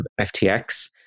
FTX